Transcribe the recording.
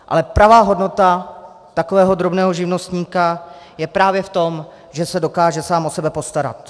Ale pravá hodnota takového drobného živnostníka je právě v tom, že se dokáže sám o sebe postarat.